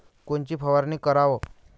कोनची फवारणी कराव?